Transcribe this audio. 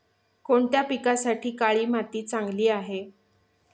कोणत्या पिकासाठी काळी माती चांगली आहे?